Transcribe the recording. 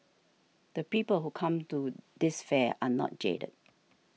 the people who come to this fair are not jaded